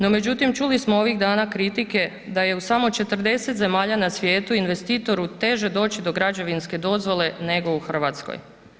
No međutim, čuli smo ovih dana kritike da je u samo 40 zemalja na svijetu investitoru teže doći do građevinske dozvole nego u Hrvatskoj.